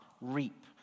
reap